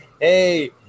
hey